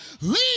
Leave